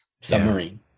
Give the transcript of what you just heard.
submarine